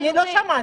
לא שמעתי.